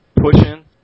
pushing